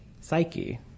Psyche